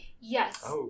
Yes